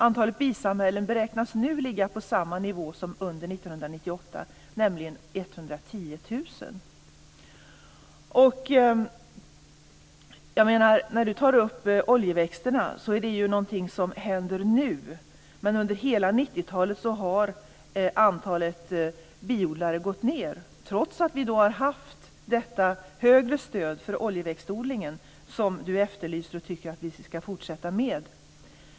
Antalet bisamhällen beräknas nu ligga på samma nivå som under Ingvar Eriksson tar upp frågan om oljeväxterna, och detta är någonting som händer nu. Men under hela 90-talet har antalet biodlare gått ned, trots att vi har haft detta högre stöd för oljeväxtodling som Ingvar Eriksson efterlyser och tycker att vi ska fortsätta med.